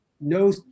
no